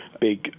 big